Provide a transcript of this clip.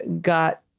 got